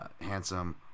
Handsome